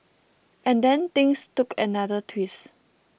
and then things took another twist